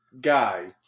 guy